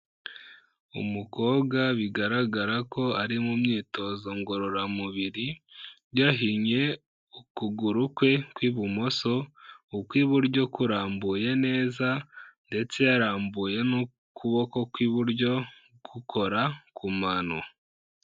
Umukobwa bigaragara ko ari mu myitozo ngororamubiri, yahinnye ukuguru kwe kw'ibumoso, ukw'iburyo kurambuye neza, ndetse yarambuye n'ukuboko kw'iburyo, gukora ku mano.